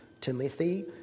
Timothy